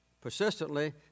persistently